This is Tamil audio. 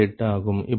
இப்பொழுது 73